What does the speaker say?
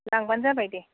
लांब्लानो जाबाय दे